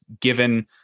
given